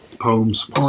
poems